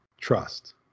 trust